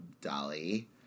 Dolly